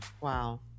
Wow